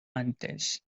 antes